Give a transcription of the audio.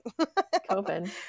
COVID